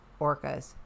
orcas